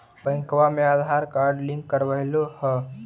बैंकवा मे Aadhaar card link करवैलहो है?